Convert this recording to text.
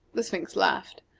the sphinx laughed.